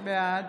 בעד